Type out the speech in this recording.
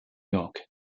york